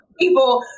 People